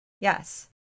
Yes